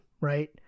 right